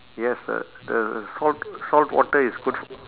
yes the the salt salt water is good f~